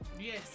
Yes